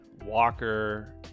Walker